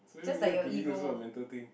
social media bullying also a mental thing